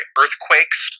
earthquakes